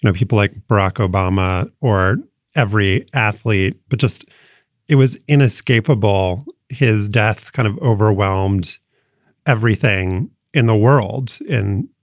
you know people like barack obama or every athlete. but just it was inescapable. his death kind of overwhelmed everything in the world in,